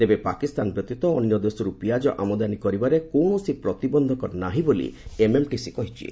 ତେବେ ପାକିସ୍ତାନ ବ୍ୟତୀତ ଅନ୍ୟ ଦେଶରୁ ପିଆଜ ଆମଦାନୀ କରିବାରେ କୌଣସି ପ୍ରତିବନ୍ଧକ ନାହିଁ ବୋଲି ଏମ୍ଏମ୍ଟିସି କହିଛି